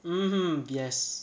mmhmm yes